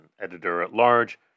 editor-at-large